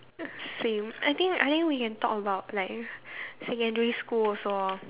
same I think I think we can talk about like secondary school also lor